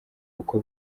uko